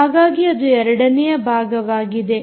ಹಾಗಾಗಿ ಅದು ಎರಡನೆಯ ಭಾಗವಾಗಿದೆ